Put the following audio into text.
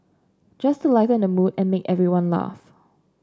just to lighten the mood and make everyone laugh